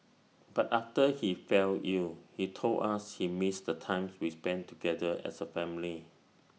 but after he fell ill he told us he missed the times we spent together as A family